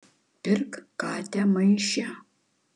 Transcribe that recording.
pirk katę maiše